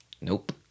Nope